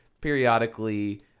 periodically –